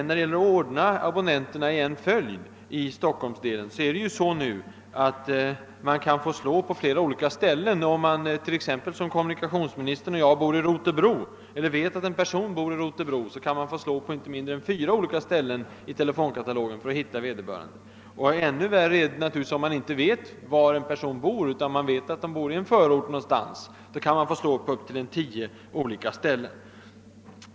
Som katalogen nu är uppställd kan man få slå på flera olika ställen innan man hittar en person. Om man skall ringa till en person som i likhet med kommunikationsministern och mig bor i Rotebro, kan man få slå på inte mindre än fyra olika ställen i telefonkatalogen innan man hittar vederbörande. Ännu värre är det naturligtvis om man bara vet att en person bor i en förort någonstans — då kan man få slå på upp till tio olika ställen.